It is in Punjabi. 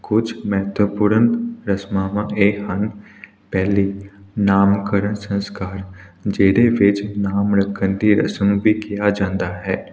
ਕੁਝ ਮਹੱਤਵਪੂਰਨ ਰਸਮਾਵਾਂ ਇਹ ਹਨ ਪਹਿਲੀ ਨਾਮਕਰਨ ਸੰਸਕਾਰ ਜਿਹਦੇ ਵਿੱਚ ਨਾਮ ਰੱਖਣ ਦੀ ਰਸਮ ਵੀ ਕਿਹਾ ਜਾਂਦਾ ਹੈ